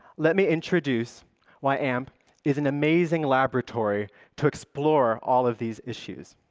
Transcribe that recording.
let me introduce why amp is an amazing laboratory to explore all of these issues,